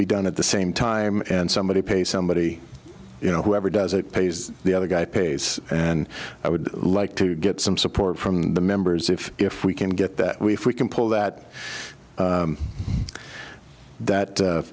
be done at the same time and somebody pay somebody you know whoever does it pays the other guy pays and i would like to get some support from the members if if we can get that we can pull that